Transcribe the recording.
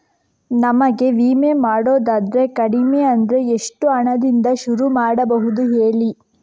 ನಮಗೆ ವಿಮೆ ಮಾಡೋದಾದ್ರೆ ಕಡಿಮೆ ಅಂದ್ರೆ ಎಷ್ಟು ಹಣದಿಂದ ಶುರು ಮಾಡಬಹುದು ಹೇಳಿ